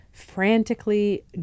frantically